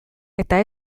eta